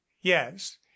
yes